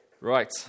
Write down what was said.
Right